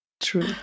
True